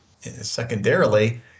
secondarily